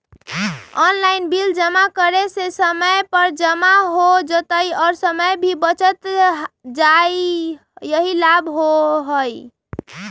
Online bill जमा करे से समय पर जमा हो जतई और समय भी बच जाहई यही लाभ होहई?